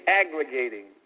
aggregating